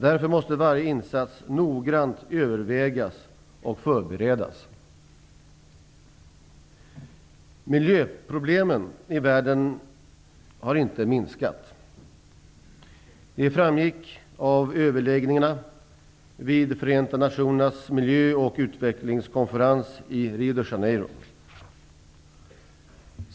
Därför måste varje insats noggrant övervägas och förberedas. Miljöproblemen i världen har inte minskat. Det framgick av överläggningarna vid Förenta nationernas miljö och utvecklingskonferens i Rio de Janeiro.